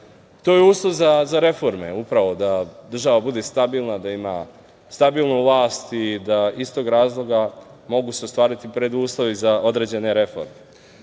To je uslov za reforme, da država bude stabilna, da ima stabilnu vlast i da iz tog razloga mogu se ostvariti preduslovi za određene reforme.S